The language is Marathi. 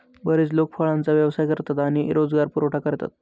बरेच लोक फळांचा व्यवसाय करतात आणि रोजगार पुरवठा करतात